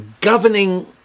governing